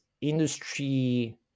industry